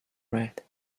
red